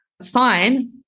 sign